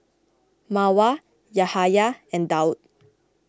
Mawar Yahaya and Daud